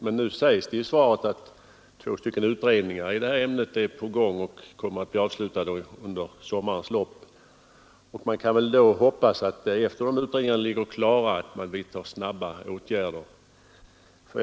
Det sägs emellertid i svaret att två utredningar i ämnet är på gång och kommer att bli avslutade under sommarens lopp, och vi kan väl då hoppas att åtgärder snabbt vidtas efter det att dessa utredningar ligger klara.